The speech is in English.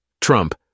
Trump